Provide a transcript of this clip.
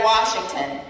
Washington